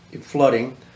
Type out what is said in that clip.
flooding